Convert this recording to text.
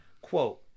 quote